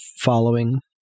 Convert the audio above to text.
following